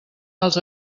els